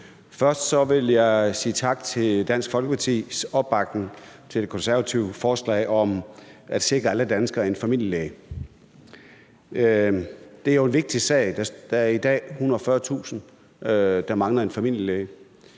Først vil jeg sige tak for Dansk Folkepartis opbakning til det konservative forslag om at sikre alle danskere en familielæge. Det er jo en vigtig sag. Der er i dag 140.000, der mangler en familielæge,